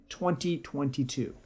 2022